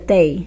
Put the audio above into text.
Day